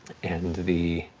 and the